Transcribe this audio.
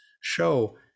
show